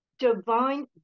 divine